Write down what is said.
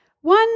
One